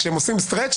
כשעושים stretch,